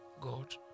God